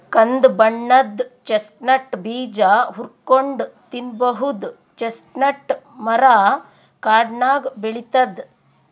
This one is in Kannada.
ಕಂದ್ ಬಣ್ಣದ್ ಚೆಸ್ಟ್ನಟ್ ಬೀಜ ಹುರ್ಕೊಂನ್ಡ್ ತಿನ್ನಬಹುದ್ ಚೆಸ್ಟ್ನಟ್ ಮರಾ ಕಾಡ್ನಾಗ್ ಬೆಳಿತದ್